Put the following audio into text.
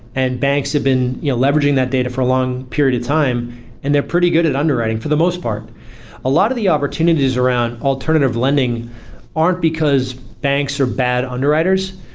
and banks have been you know leveraging that data for a long period of time and they're pretty good at underwriting for the most part a lot of the opportunities around alternative lending aren't because banks are bad underwriters,